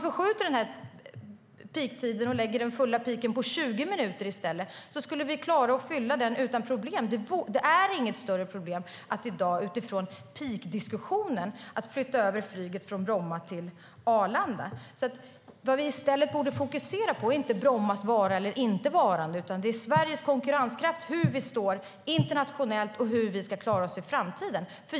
Förskjuter vi peaktiden och lägger den på 20 minuter i stället skulle vi klara att fylla den utan problem. Utifrån peakdiskussionen är det i dag inget större problem att flytta över flyget från Bromma till Arlanda. Det vi borde fokusera på är inte Brommas vara eller inte vara, utan det är Sveriges konkurrenskraft, hur vi står internationellt och hur vi ska klara oss i framtiden.